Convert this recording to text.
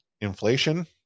inflation